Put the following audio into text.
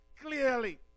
clearly